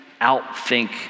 outthink